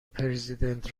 پرزیدنت